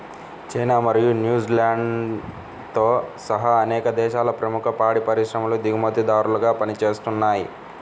China మరియు న్యూజిలాండ్తో సహా అనేక దేశాలలో ప్రముఖ పాడి పరిశ్రమలు దిగుమతిదారులుగా పనిచేస్తున్నయ్